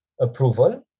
approval